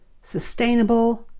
sustainable